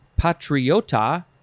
patriota